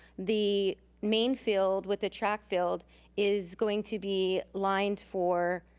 the main field with the track field is going to be lined for